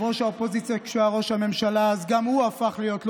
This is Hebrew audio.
כאשר היועץ המשפטי